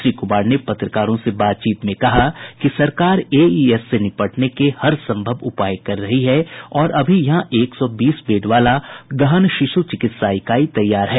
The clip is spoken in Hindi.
श्री कुमार ने पत्रकारों से बातचीत में कहा कि सरकार एईएस से निपटने के हरसंभव उपाय कर रही है और अभी यहां एक सौ बीस बेड वाला गहन शिश् चिकित्सा इकाई तैयार है